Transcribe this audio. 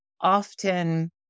often